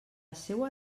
seua